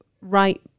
right